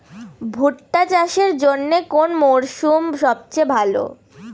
ভুট্টা চাষের জন্যে কোন মরশুম সবচেয়ে ভালো?